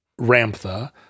Ramtha